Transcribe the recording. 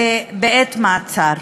בעת מעצר.